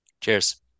cheers